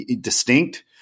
distinct